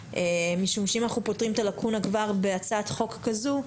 משום שאם אנחנו פותרים את הלקונה כבר בהצעת חוק כזו,